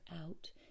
out